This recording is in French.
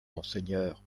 monseigneur